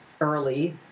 early